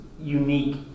unique